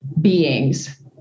beings